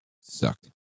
Sucked